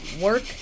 work